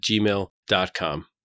gmail.com